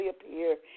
appear